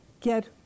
get